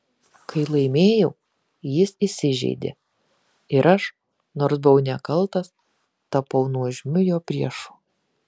kai laimėjau jis įsižeidė ir aš nors buvau nekaltas tapau nuožmiu jo priešu